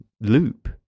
loop